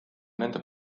nende